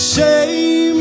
Shame